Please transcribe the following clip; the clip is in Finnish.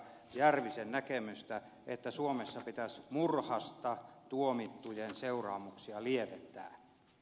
järvisen näkemystä että suomessa pitäisi murhasta tuomittujen seuraamuksia lieventää